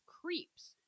creeps